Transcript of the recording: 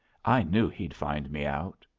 i knew he'd find me out.